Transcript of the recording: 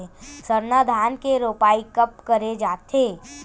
सरना धान के रोपाई कब करे जाथे?